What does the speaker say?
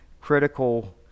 critical